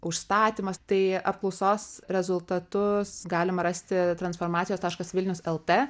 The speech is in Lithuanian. užstatymas tai apklausos rezultatus galima rasti transformacijos taškas vilnius lt